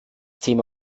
thema